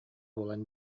буолан